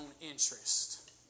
interest